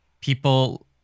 people